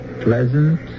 pleasant